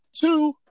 Two